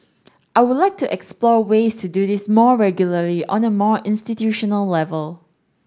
I would like to explore ways to do this more regularly on a more institutional level